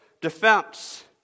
defense